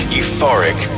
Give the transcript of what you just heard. euphoric